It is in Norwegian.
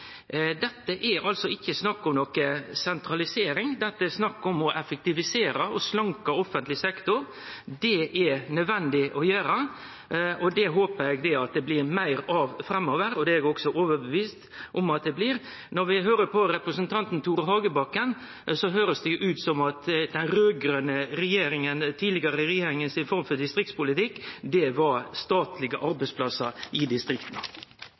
Dette er ikkje snakk om sentralisering, dette er snakk om å effektivisere og slanke offentleg sektor. Det er det nødvendig å gjere. Det håper eg det blir meir av framover, og det er eg også overtydd om at det blir. Når vi høyrer på representanten Tore Hagebakken, høyrest det ut som om den tidlegare raud-grøne regjeringas form for distriktspolitikk, var statlege arbeidsplassar i distrikta.